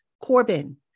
Corbin